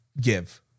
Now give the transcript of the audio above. give